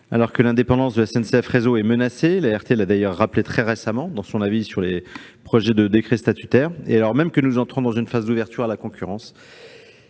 Alors que l'indépendance de SNCF Réseau est menacée- L'ART l'a rappelé très récemment dans son avis sur les projets de décrets statutaires -, et alors même que nous entrons dans une phase d'ouverture à la concurrence,